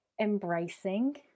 embracing